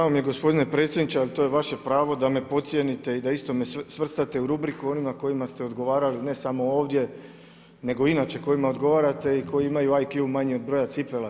Žao mi je gospodine predsjedniče, ali to je vaše pravo da me podcijenite i da isto me svrstate u rubriku onima kojima ste odgovarali ne samo ovdje, nego i inače kojima odgovarate i koji imaju IQ manji od broja cipela.